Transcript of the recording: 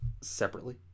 separately